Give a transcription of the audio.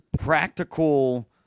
practical